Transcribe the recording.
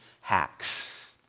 hacks